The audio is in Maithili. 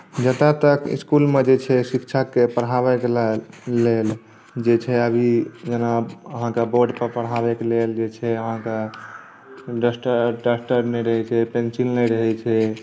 जतऽ तक इसकुलमे जे छै शिक्षकके पढ़ावैके लेल जे छै अभी जेना अहाँकेँ बोर्डके पढ़ावैके लेल जे छै अहाँकेॅं डस्टर नहि रहै छै पेन्सिल नहि रहै छै